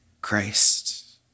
Christ